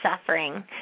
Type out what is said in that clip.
suffering